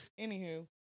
Anywho